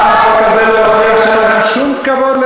זה ערכים יהודיים לכבד,